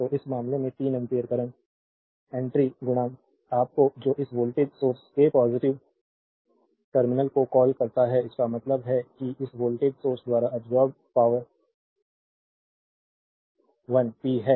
तो इस मामले में 3 एम्पीयर करंट एंट्री आपका जो इस वोल्टेज सोर्स के पॉजिटिव टर्मिनल को कॉल करता है इसका मतलब है कि इस वोल्टेज सोर्स द्वारा अब्सोर्बेद पावर1 पी है